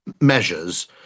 measures